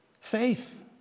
Faith